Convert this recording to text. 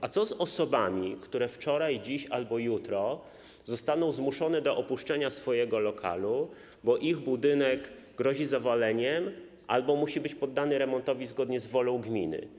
A co z osobami, które wczoraj, dziś albo jutro zostaną zmuszone do opuszczenia swojego lokalu, bo ich budynek grozi zawaleniem albo musi być poddany remontowi zgodnie z wolą gminy?